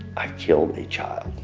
i killed a child